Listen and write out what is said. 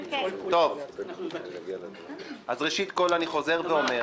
אז ראשית כול, אני חוזר ואומר